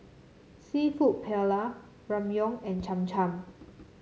seafood Paella Ramyeon and Cham Cham